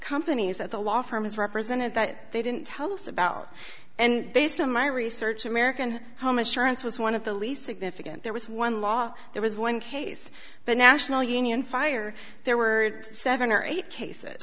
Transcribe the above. companies that the law firm has represented that they didn't tell us about and based on my research american home insurance was one of the least significant there was one law there was one case but national union fire their words seven or eight cases